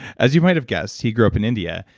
as you might have guessed, he grew up in india,